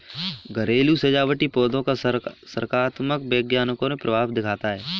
घरेलू सजावटी पौधों का सकारात्मक मनोवैज्ञानिक प्रभाव दिखता है